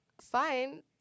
Fine